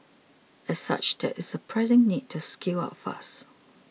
as such there is a pressing need to scale up fast